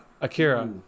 Akira